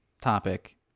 topic